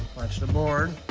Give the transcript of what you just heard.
watch the board.